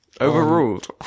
overruled